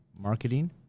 marketing